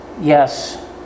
Yes